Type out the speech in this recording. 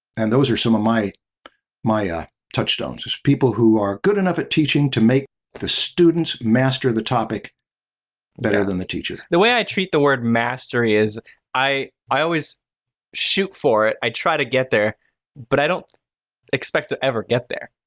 and those are some of my my touchstone, is people who are good enough at teaching to make the students master the topic better than the teacher. stan the way i treat the word mastery is i i always shoot for it, i try to get there but i don't expect to ever get there.